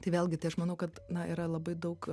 tai vėlgi tai aš manau kad na yra labai daug